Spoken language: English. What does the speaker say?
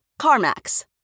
CarMax